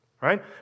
right